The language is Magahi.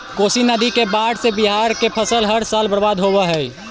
कोशी नदी के बाढ़ से बिहार के फसल हर साल बर्बाद होवऽ हइ